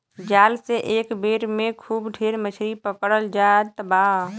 जाल से एक बेर में खूब ढेर मछरी पकड़ल जात बा